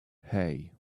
hey